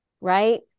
right